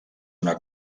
una